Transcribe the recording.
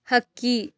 ಹಕ್ಕಿ